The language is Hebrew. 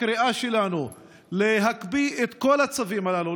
הקריאה שלנו היא להקפיא את כל הצווים האלה,